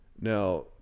Now